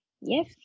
Yes